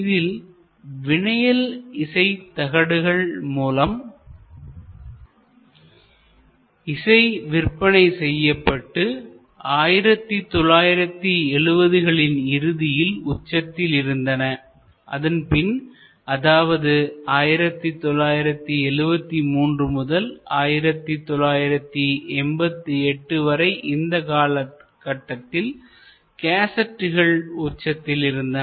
இதில் வினயல் இசை தகடுகள் மூலம் இசை விற்பனை செய்யப்பட்டு 1970 களில் இறுதியில் உச்சத்தில் இருந்தன அதன்பின் அதாவது 1973 முதல் 1988 இந்த காலகட்டத்தில் கேசட்டுகள் உச்சத்தில் இருந்தன